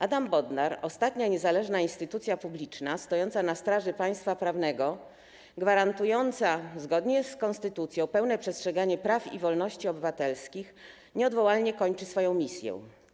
Adam Bodnar - ostatnia niezależna instytucja publiczna stojąca na straży państwa prawnego, gwarantująca, zgodnie z konstytucją, pełne przestrzeganie praw i wolności obywatelskich, nieodwołalnie kończy swoją misję.